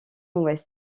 ouest